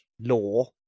law